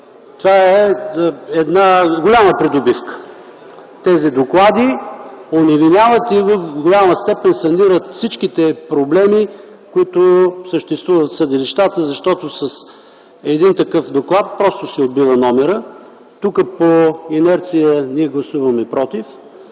това е голяма придобивка. Тези доклади оневиняват и в голяма степен санират всичките проблеми, които съществуват в съдилищата, защото с един такъв доклад просто се отбива номерът, тук по инерция ние гласуваме „против”,